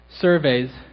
surveys